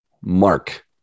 Mark